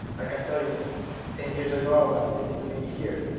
i can tell you ten years ago i wasn't thinking to being here.